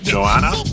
Joanna